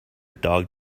dog